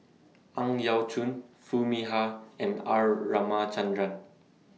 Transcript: Ang Yau Choon Foo Mee Har and R Ramachandran